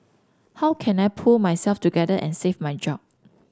how can I pull myself together and save my job